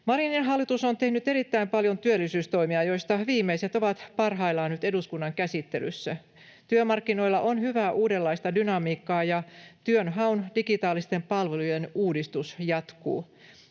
Marinin hallitus on tehnyt erittäin paljon työllisyystoimia, joista viimeiset ovat parhaillaan nyt eduskunnan käsittelyssä. Työmarkkinoilla on hyvää uudenlaista dynamiikkaa, ja työnhaun digitaalisten palvelujen uudistus jatkuu.